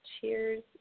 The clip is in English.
Cheers